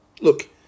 Look